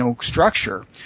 structure